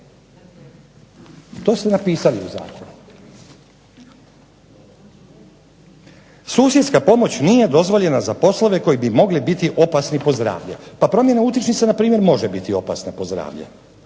To ste napisali u zakonu. Susjedska pomoć nije dozvoljena za poslove koji bi mogli biti opasni po zdravlje. Pa promjena utičnice npr. može biti opasna po zdravlje,